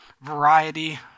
variety